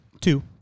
Two